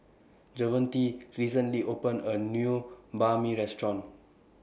Javonte recently opened A New Banh MI Restaurant